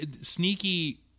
sneaky